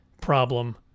problem